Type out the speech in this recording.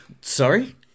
Sorry